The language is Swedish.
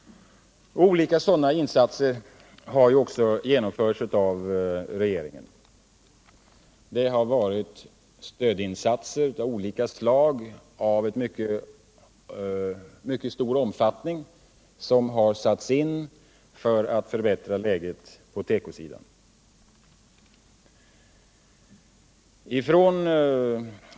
Olika sådana insatser har ju också genomförts av regeringen, stödinsatser av mycket stor omfattning för att förbättra läget på tekosidan.